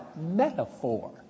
metaphor